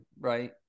right